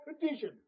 tradition